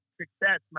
success